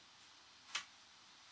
mm